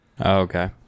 okay